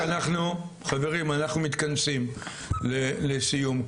חברים אנחנו מתכנסים לסיום,